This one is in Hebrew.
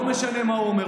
לא משנה מה הוא אומר.